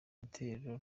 itorero